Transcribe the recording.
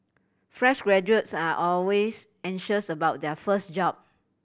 fresh graduates are always anxious about their first job